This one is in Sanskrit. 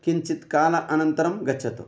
किञ्चित् कालानन्तरं गच्छतु